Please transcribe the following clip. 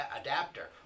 adapter